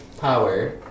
Power